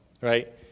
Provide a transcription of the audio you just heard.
right